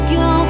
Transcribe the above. go